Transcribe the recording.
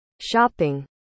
shopping